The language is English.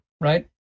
right